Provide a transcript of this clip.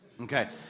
Okay